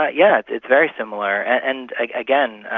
but yeah it's it's very similar, and again,